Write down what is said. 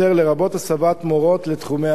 לרבות הסבת מורות לתחומי ההיי-טק.